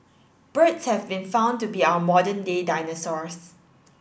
birds have been found to be our modern day dinosaurs